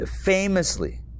Famously